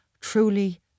Truly